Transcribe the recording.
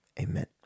Amen